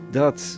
dat